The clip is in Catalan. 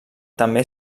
també